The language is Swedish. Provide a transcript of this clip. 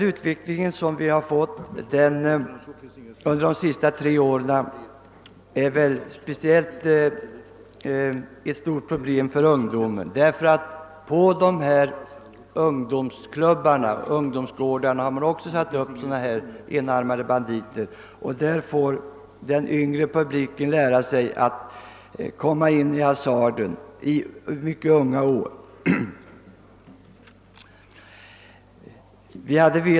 Utvecklingen under de senaste tre åren har gjort att detta blivit ett spe ciellt stort problem för ungdomen. Även på ungdomsklubbar och ungdomsgårdar har man satt upp enarmade banditer, och på det sättet får den yngre publiken kontakt med hasardspel vid mycket unga år.